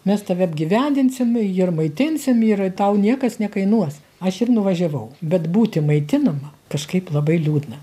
mes tave apgyvendinsim ir maitinsim ir tau niekas nekainuos aš ir nuvažiavau bet būti maitinama kažkaip labai liūdna